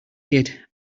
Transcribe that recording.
kid